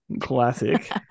Classic